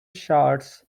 shorts